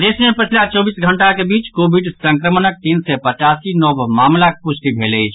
प्रदेश मे पछिला चौबीस घंटाक बीच कोविड संक्रमणक तीन सय पचासी नव मामिलाक पुष्टि भेल अछि